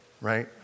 right